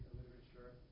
literature